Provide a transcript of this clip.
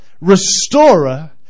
Restorer